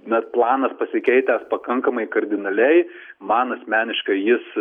nes planas pasikeitęs pakankamai kardinaliai man asmeniškai jis